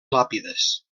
làpides